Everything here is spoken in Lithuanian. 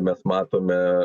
mes matome